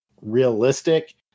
realistic